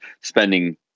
spending